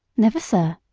never, sir.